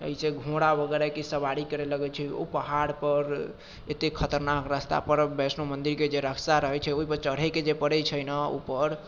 अइसे घोड़ा वगैरहके सवारी करय लगैत छै ओ पहाड़ पर एत्तेक खतरनाक रस्तापर वैष्णो मन्दिरके जे रास्ता रहैत छै ओहिपर चढ़ैके जे पड़ैत छै न ऊपर